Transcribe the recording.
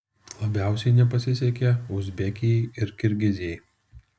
labiausiai nepasisekė uzbekijai ir kirgizijai